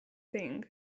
thing